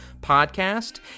podcast